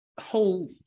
whole